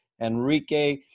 Enrique